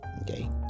Okay